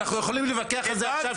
אנחנו יכולים להתווכח על זה עכשיו שנים.